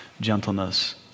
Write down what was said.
gentleness